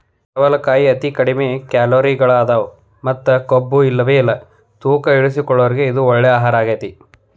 ಪಡವಲಕಾಯಾಗ ಅತಿ ಕಡಿಮಿ ಕ್ಯಾಲೋರಿಗಳದಾವ ಮತ್ತ ಕೊಬ್ಬುಇಲ್ಲವೇ ಇಲ್ಲ ತೂಕ ಇಳಿಸಿಕೊಳ್ಳೋರಿಗೆ ಇದು ಒಳ್ಳೆ ಆಹಾರಗೇತಿ